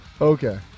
okay